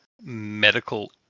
medical